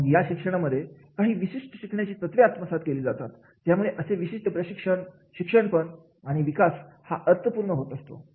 मग या शिक्षणामध्ये काही विशिष्ट शिकण्याची तत्वे आत्मसात केली जातात त्यामुळे असे विशिष्ट प्रशिक्षण शिक्षण पण आणि विकास हा अर्थपूर्ण होत असतो